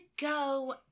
go